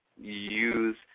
use